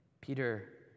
Peter